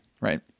right